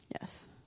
Yes